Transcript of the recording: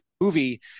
movie